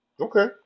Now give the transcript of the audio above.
okay